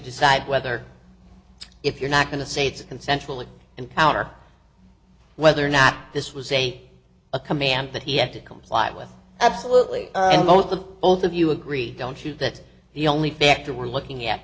decide whether if you're not going to say it's a consensual encounter whether or not this was say a command that he had to comply with absolutely and don't the both of you agree don't you that the only picture we're looking at